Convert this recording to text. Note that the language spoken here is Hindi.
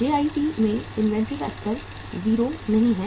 JIT में भी इन्वेंट्री का स्तर 0 नहीं है